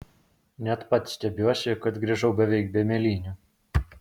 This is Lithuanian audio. net pats stebiuosi kad grįžau beveik be mėlynių